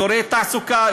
אזורי תעסוקה,